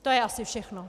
To je asi všechno.